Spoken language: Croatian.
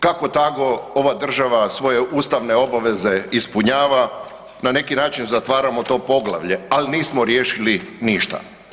Kako tako ova država svoje ustavne obaveze ispunjava, na neki način zatvarano to poglavlje, ali nismo riješili ništa.